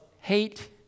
hate